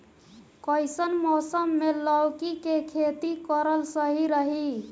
कइसन मौसम मे लौकी के खेती करल सही रही?